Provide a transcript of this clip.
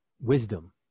wisdom